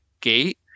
gate